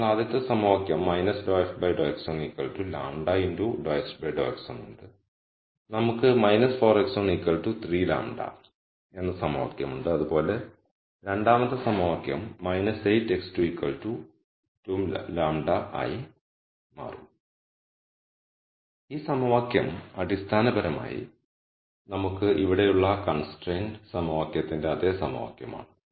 നിങ്ങൾക്ക് ആദ്യത്തെ സമവാക്യം ∂f ∂x1 λ ∂h ∂x1 ഉണ്ട് നമുക്ക് 4x1 3λ എന്ന സമവാക്യമുണ്ട് അതുപോലെ രണ്ടാമത്തെ സമവാക്യം 8x2 2λ ആയി മാറും ഈ സമവാക്യം അടിസ്ഥാനപരമായി നമുക്ക് ഇവിടെയുള്ള കൺസ്ട്രൈൻ സമവാക്യത്തിന്റെ അതേ സമവാക്യം ആണ്